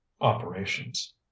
operations